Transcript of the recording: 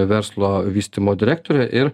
verslo vystymo direktorė ir